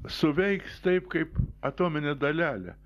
suveiks taip kaip atominė dalelė